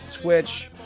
Twitch